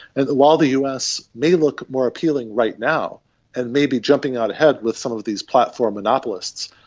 and while the us may look more appealing right now and may be jumping out ahead with some of these platform monopolists,